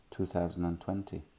2020